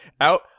out